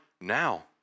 now